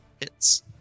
Hits